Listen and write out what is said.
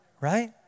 Right